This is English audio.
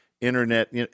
internet